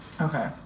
Okay